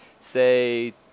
say